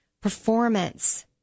performance